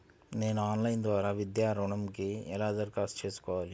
నేను ఆన్లైన్ ద్వారా విద్యా ఋణంకి ఎలా దరఖాస్తు చేసుకోవాలి?